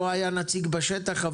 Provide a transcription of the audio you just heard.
לא היה נציג בשטח,